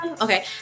Okay